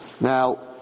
Now